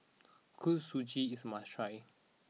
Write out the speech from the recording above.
Kuih Suji is must try